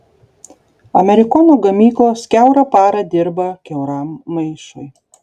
amerikono gamyklos kiaurą parą dirba kiauram maišui